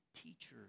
teacher